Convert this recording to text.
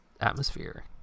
atmosphere